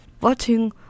watching